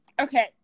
Okay